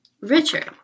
Richard